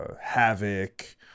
Havoc